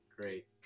Great